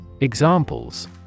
Examples